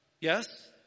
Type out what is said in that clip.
yes